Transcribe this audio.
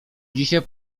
dzisiaj